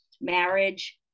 marriage